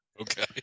okay